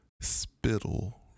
spittle